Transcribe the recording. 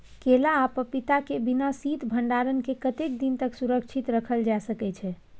केला आ पपीता के बिना शीत भंडारण के कतेक दिन तक सुरक्षित रखल जा सकै छै?